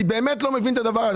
אני לא מבין את זה.